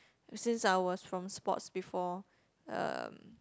since I was from sports before um